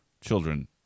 children